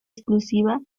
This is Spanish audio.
exclusiva